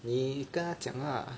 你跟他讲 lah